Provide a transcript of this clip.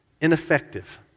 ineffective